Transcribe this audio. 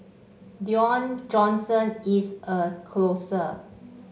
Dwayne Johnson is a closer